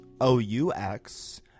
o-u-x